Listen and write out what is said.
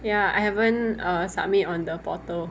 ya I haven't err submit on the portal